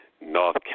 North